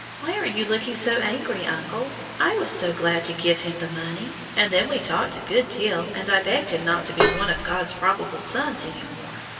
why are you looking so angry, uncle? i was so glad to give him the money and then we talked a good deal, and i begged him not to be one of god's probable sons any more.